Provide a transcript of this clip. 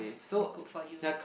good for you